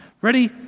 Ready